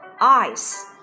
Ice